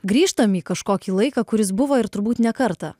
grįžtam į kažkokį laiką kuris buvo ir turbūt ne kartą